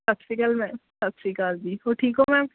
ਸਤਿ ਸ਼੍ਰੀ ਅਕਾਲ ਮੈਮ ਸਤਿ ਸ਼੍ਰੀ ਅਕਾਲ ਜੀ ਹੋਰ ਠੀਕ ਹੋ ਮੈਮ